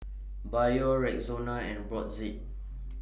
Biore Rexona and Brotzeit